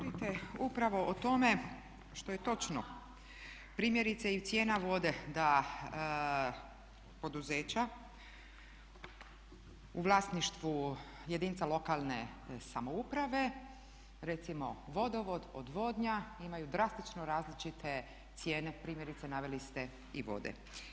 Vidite upravo o tome što je točno, primjerice i cijena vode da poduzeća u vlasništvu jedinica lokalne samouprave, recimo vodovod, odvodnja imaju drastično različite cijene, primjerice naveli ste i vode.